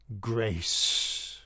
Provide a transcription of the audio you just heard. grace